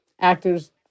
actors